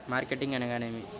Marketing అనగానేమి?